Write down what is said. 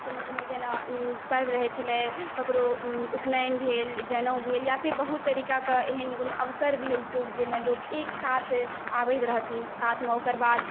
कोनो कोनो जेना पर्व रहै छलै ककरो उपनैन भेल जनउ भेल या फेर बहुत तरीकाके एहन कोनो अवसर भेल शुभ जाहिमे लोक एकसाथ आबैत रहथिन साथमे ओकर बाद